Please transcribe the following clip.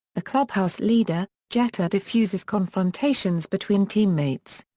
a clubhouse leader, jeter defuses confrontations between teammates.